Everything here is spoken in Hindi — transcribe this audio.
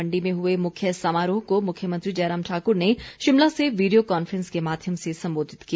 मंडी में हुए मुख्य समारोह को मुख्यमंत्री जयराम ठाकुर ने शिमला से वीडियो कॉन्फ्रेंस के माध्यम से संबोधित किया